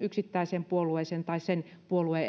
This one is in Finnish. yksittäisen puolueen tai sen puolueen